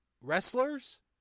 wrestlers